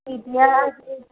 এতিয়া